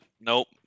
Nope